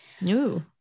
No